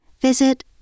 visit